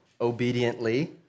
obediently